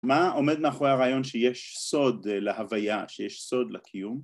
מה עומד מאחורי הרעיון שיש סוד להוויה, שיש סוד לקיום?